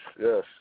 yes